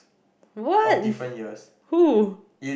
what who